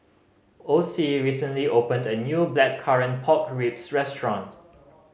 Ocie recently opened a new Blackcurrant Pork Ribs restaurant